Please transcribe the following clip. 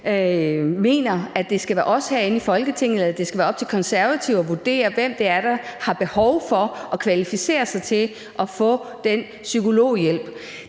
mener, at det skal være os herinde i Folketinget, eller at det skal være op til Konservative at vurdere, hvem det er, der har behov for og kvalificerer sig til at få den psykologhjælp.